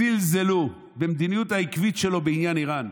זלזלו במדיניות העקבית שלו בעניין איראן,